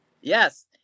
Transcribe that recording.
Yes